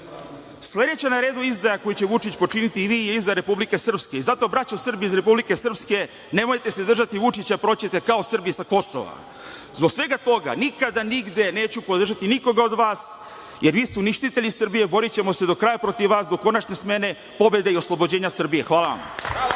redova. Sledeća na redu izdaja koju će Vučić počiniti i vi je izdaja Republike Srpske i zato, braćo Srbi iz Republike Srpske, nemojte se držati Vučića, jer proći ćete kao Srbi sa Kosova. Zbog svega toga nikada nigde neću podržati nikoga od vas, jer vi ste uništitelji Srbije i borićemo se do kraja protiv vas, do konačne smene, pobede i oslobođenja Srbije. Hvala vam.